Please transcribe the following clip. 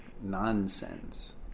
nonsense